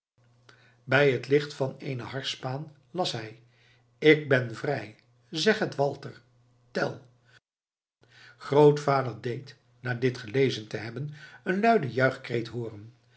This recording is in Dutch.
bij het licht van eene harsspaan las hij ik ben vrij zeg het walter tell grootvader deed na dit gelezen te hebben een luiden juichkreet hooren